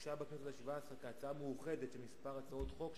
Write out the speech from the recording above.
הוגשה בכנסת השבע-עשרה כהצעה מאוחדת של כמה הצעות חוק,